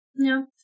No